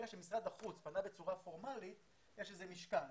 ברגע שמשרד החוץ פנה בצורה פורמלית, יש לזה משקל.